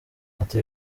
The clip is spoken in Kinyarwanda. ati